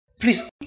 please